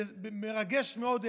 מרגש מאוד,